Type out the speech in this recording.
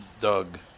Doug